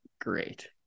great